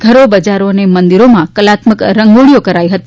ઘરો બજારો અને મંદિરોમાં કલાત્મક રંગોળીઓ કરાઇ હતી